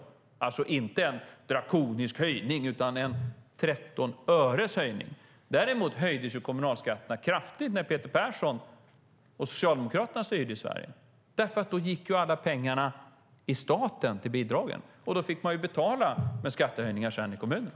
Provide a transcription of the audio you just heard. Det är alltså inte en drakonisk höjning utan en 13-öreshöjning. Däremot höjdes kommunalskatterna kraftigt när Peter Persson och Socialdemokraterna styrde i Sverige därför att alla pengar i staten då gick till bidragen. Sedan fick man betala med skattehöjningar i kommunen.